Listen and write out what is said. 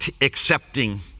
accepting